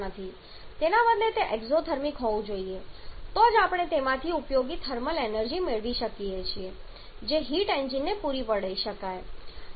તેના બદલે તે એક્ઝોથર્મિક હોવું જોઈએ તો જ આપણે તેમાંથી ઉપયોગી થર્મલ એનર્જી મેળવી શકીએ છીએ જે હીટ એન્જિનને પૂરી પાડી શકાય છે